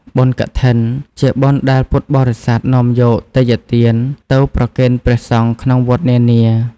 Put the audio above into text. បុណ្យកឋិន ជាបុណ្យដែលពុទ្ធបរិស័ទនាំយកទេយ្យទានទៅប្រគេនព្រះសង្ឃក្នុងវត្តនានា។